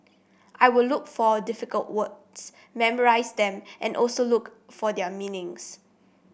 I will look for difficult words memorise them and also look for their meanings